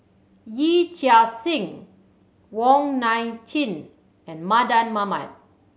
Yee Chia Hsing Wong Nai Chin and Mardan Mamat